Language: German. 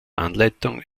anleitung